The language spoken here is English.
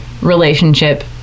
Relationship